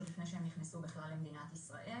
עוד לפני שהם נכנסו בכלל למדינת ישראל